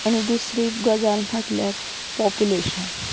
आनी दुसरी गजाल म्हटल्यार पोप्युलेशन